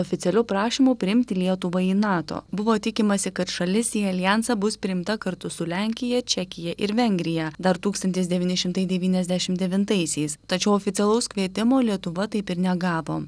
oficialiu prašymu priimti lietuvą į nato buvo tikimasi kad šalis į aljansą bus priimta kartu su lenkija čekija ir vengrija dar tūkstantis devyni šimtai devyniasdešim devintaisiais tačiau oficialaus kvietimo lietuva taip ir negavo